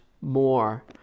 more